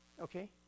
Okay